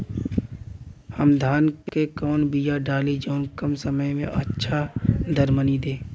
हम धान क कवन बिया डाली जवन कम समय में अच्छा दरमनी दे?